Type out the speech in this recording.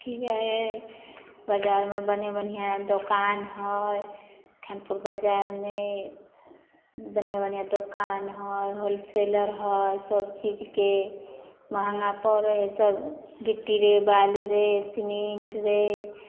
कि हइ बजारमे बढ़िआँ बढ़िआँ दोकान हइ खानपुर बजारमे बढ़िआँ बढ़िआँ दोकान हइ होलसेलर हइ सबचीजके महगा पड़ै हइ सब गिट्टीसे बालू रे सिमेन्ट रे